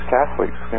Catholics